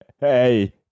Hey